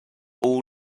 all